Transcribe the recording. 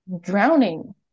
drowning